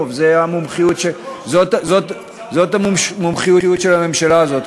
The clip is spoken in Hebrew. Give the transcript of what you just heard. טוב, זאת המומחיות של הממשלה הזאת.